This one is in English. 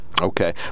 Okay